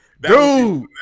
Dude